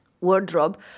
wardrobe